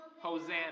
Hosanna